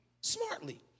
smartly